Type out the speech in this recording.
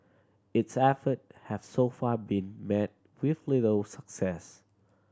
its effort have so far been met with little success